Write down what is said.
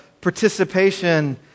participation